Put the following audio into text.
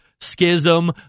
Schism